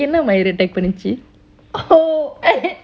என்ன மயிறு:enna maayeru attack பண்ணுச்சு:pannuchu